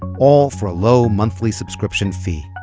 all for a low monthly subscription fee